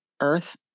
Earth